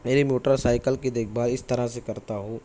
میری motorcycle کی دیکھ بھال اس طرح سے کرتا ہوں